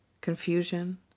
confusion